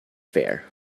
fare